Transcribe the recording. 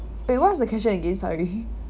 wait what was the question again sorry